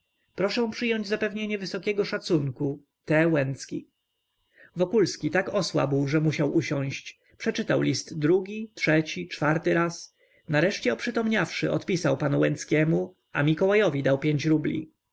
proszę przyjąć zapewnienie wysokiego szacunku wokulski tak osłabł że musiał usiąść przeczytał list drugi trzeci czwarty raz nareszcie oprzytomniawszy odpisał panu łęckiemu a mikołajowi dał pięć rubli